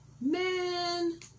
Man